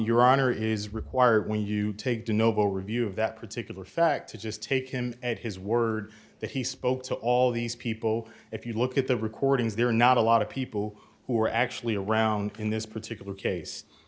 your honor is required when you take do novo review of that particular effect to just take him at his word that he spoke to all these people if you look at the recordings there are not a lot of people who are actually around in this particular case